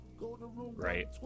right